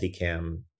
multicam